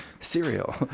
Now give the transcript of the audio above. Cereal